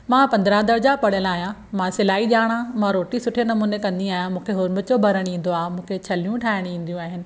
मां पंद्रहं दर्जा पढ़ियल आहियां मां सिलाई ॼाणा मां रोटी सुठे नमूने कंदी आहियां मुंखे हुंबचो बरण ईंदो आ मुखे छलियूं ठाहिण ईंदियूं आहिन